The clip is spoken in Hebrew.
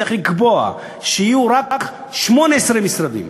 צריך לקבוע שיהיו רק 18 משרדים.